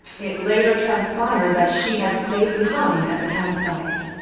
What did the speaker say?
it later transpired that she had stayed behind at the campsite.